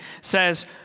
says